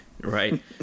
right